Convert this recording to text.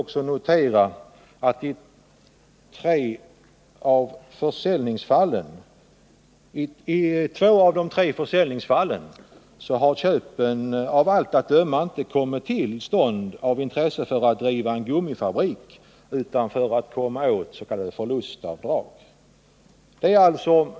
Jag noterar här att för två av de tre företag som skall försäljas har köpen av allt att döma inte kommit till stånd därför att man är intresserad av att komma i åtnjutande av s.k. förlustavdrag.